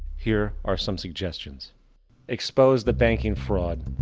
here are some suggestions expose the banking fraud.